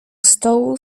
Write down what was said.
stołu